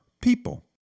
people